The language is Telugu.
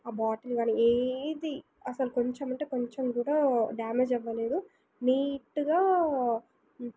ఆ బాటిల్ గానీ ఏది అసలు కొంచెం అంటే కొంచెం కూడా డ్యామేజ్ అవ్వలేదు నీట్గా